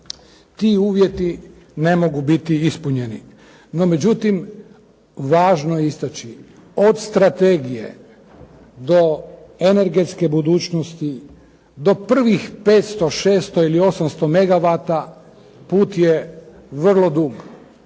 ti uvjeti ne mogu biti ispunjeni, no međutim, važno je istaći od strategije do energetske budućnosti, do prvih 500, 600 ili 700 mega vata put je vrlo dug,